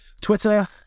Twitter